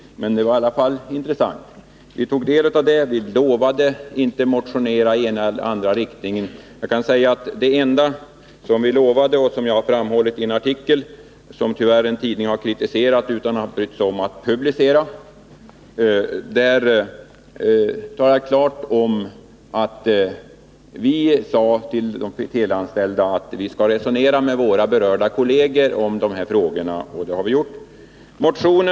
Det var trots allt intressant. Vi tog alltså del av deras synpunkter, och vi lovade att inte motionera i den ena eller andra riktningen. Det enda som vi lovade — och det har jag också framhållit i en artikel, som kritiserats av en tidning, vilken tyvärr inte brytt sig om att publicera artikeln — var att jag klart sade till de teleanställda att vi skall resonera med de av våra kolleger som berörs av denna fråga. Det har vi också gjort.